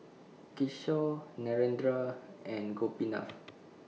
Kishore Narendra and Gopinath